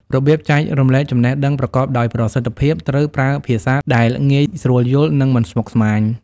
របៀបចែករំលែកចំណេះដឹងប្រកបដោយប្រសិទ្ធភាពត្រូវប្រើភាសាដែលងាយស្រួលយល់ និងមិនស្មុគស្មាញ។